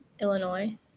Illinois